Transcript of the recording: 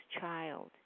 child